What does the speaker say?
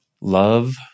Love